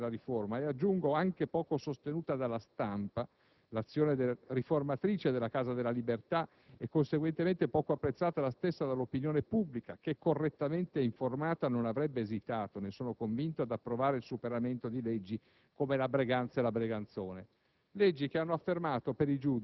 Anzi, secondo accreditate correnti di pensiero, troppo timida fu quella riforma e, aggiungo anche, poco sostenuta dalla stampa l'azione riformatrice della Casa delle libertà e, conseguentemente, poco apprezzata dalla stessa opinione pubblica che, correttamente informata, non avrebbe esitato - ne sono convinto - ad approvare il superamento di leggi come